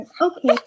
okay